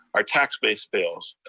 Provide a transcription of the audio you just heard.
our tax base fails,